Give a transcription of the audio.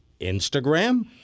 Instagram